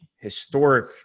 historic